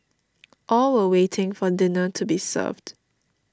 all were waiting for dinner to be served